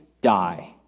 die